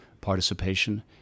participation